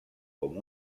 com